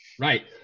Right